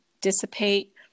dissipate